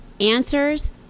Answers